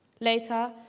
Later